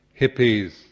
hippies